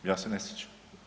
Ja se ne sjećam.